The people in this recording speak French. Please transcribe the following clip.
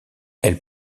elle